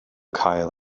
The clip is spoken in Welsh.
cael